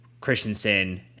Christensen